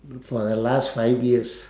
for the last five years